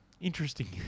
interesting